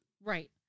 Right